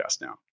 now